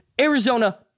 Arizona